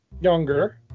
Younger